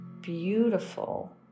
beautiful